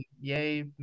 Yay